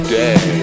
day